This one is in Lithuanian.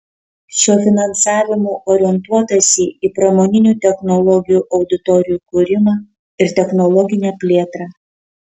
šiuo finansavimu orientuotasi į pramoninių technologijų auditorijų kūrimą ir technologinę plėtrą